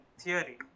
theory